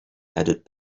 added